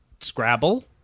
Scrabble